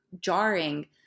jarring